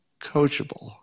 Coachable